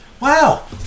Wow